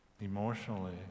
emotionally